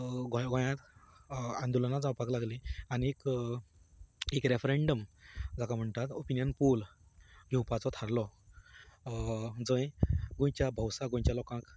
गोंय गोंयांत आंदोलनां जावपाक लागलीं आनी एक रॅफरँडम जाका म्हणटात ओपिनियन पोल घेवपाचो थारलो जंय गोंयच्या भौसाक गोंयच्या लोकांक